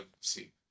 see